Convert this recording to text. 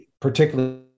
particularly